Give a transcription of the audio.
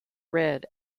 read